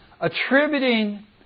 attributing